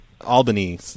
Albany